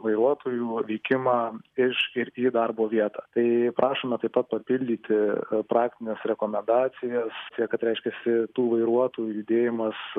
vairuotojų vykimą iš ir į darbo vietą tai prašome taip pat papildyti praktines rekomendacijas kad reiškiasi tų vairuotojų judėjimas